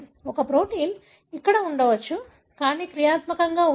ఒక ప్రోటీన్ అక్కడ ఉండవచ్చు కానీ క్రియాత్మకంగా ఉండదు